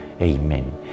Amen